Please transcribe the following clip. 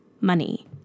money